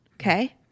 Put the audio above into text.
okay